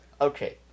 Okay